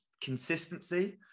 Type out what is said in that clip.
consistency